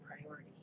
priority